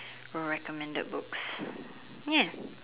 recommended books ya